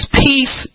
peace